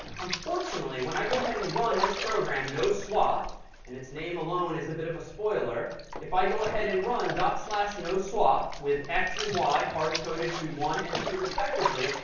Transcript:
unfortunately, when i go ahead and run this program, no swap and its name alone is a bit of a spoiler if i go ahead and run dot slash no swap with x and y hardcoded to one and two respectively,